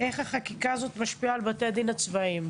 איך החקיקה הזאת משפיעה על בתי הדין הצבאיים.